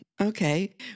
okay